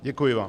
Děkuji vám.